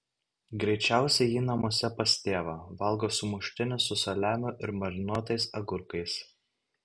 greičiausiai ji namuose pas tėvą valgo sumuštinius su saliamiu ir marinuotais agurkais